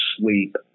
sleep